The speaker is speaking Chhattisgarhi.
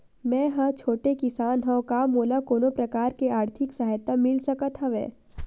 मै ह छोटे किसान हंव का मोला कोनो प्रकार के आर्थिक सहायता मिल सकत हवय?